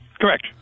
Correct